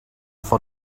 for